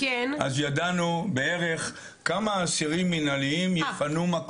ואז ידענו בערך כמה אסירים מינהליים יפנו מקום.